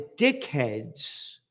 dickheads